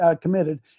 committed